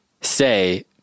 Say